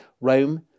Rome